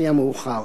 לפי המאוחר.